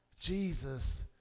Jesus